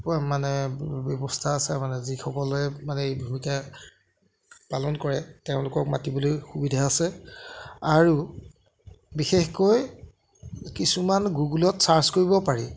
পোৱা মানে ব্যৱস্থা আছে মানে যিসকলে মানে এই ভূমিকা পালন কৰে তেওঁলোকক মাতিবলৈও সুবিধা আছে আৰু বিশেষকৈ কিছুমান গুগলত ছাৰ্চ কৰিব পাৰি